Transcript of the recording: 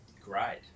great